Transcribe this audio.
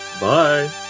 bye